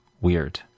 weird